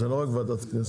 זה לא רק ועדת כנסת.